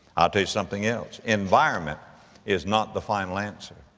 i'll tell you something else. environment is not the final answer.